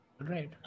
right